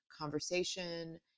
conversation